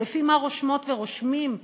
לפי מה רושמות ורושמים,